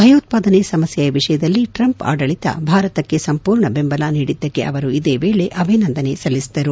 ಭಯೋತ್ಪಾದನೆ ಸಮಸ್ಥೆಯ ವಿಷಯದಲ್ಲಿ ಟ್ರಂಪ್ ಆಡಳಿತ ಭಾರತಕ್ಕೆ ಸಂಪೂರ್ಣ ಬೆಂಬಲ ನೀಡಿದ್ದಕ್ಕೆ ಆವರು ಇದೇ ವೇಳೆ ಅಭಿನಂದನೆ ಸಲ್ಲಿಸಿದರು